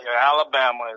Alabama